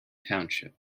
township